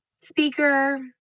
speaker